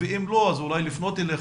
ואם לא אז אולי לפנות אליכם.